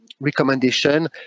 recommendation